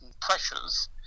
pressures